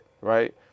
Right